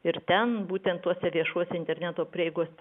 ir ten būtent tuose viešuose interneto prieigos